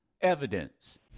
Evidence